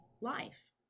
life